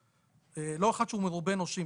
לא אחד שהוא מרובה נושים,